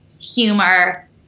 humor